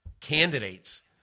candidates